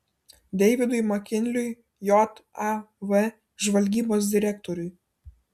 deividui makinliui jav žvalgybos direktoriui